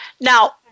Now